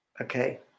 Okay